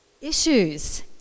issues